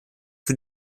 für